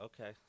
okay